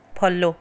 follow